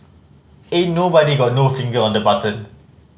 ain't nobody got no finger on the button